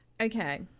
Okay